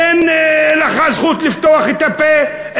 אין לך זכות לפתוח את הפה,